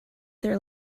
their